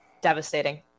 devastating